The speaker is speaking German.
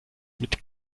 mit